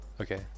Okay